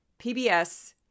PBS